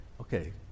okay